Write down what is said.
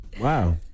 Wow